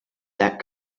that